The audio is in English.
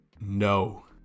no